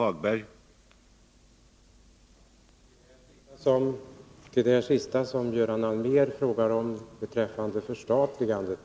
Herr talman! Beträffande Göran Allmérs fråga om förstatligandet,